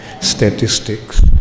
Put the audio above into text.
statistics